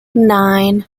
nine